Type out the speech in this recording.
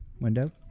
Window